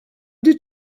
did